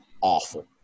awful